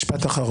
משפט אחרון.